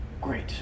Great